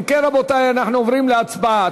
אם כן, רבותי, אנחנו עוברים להצבעה.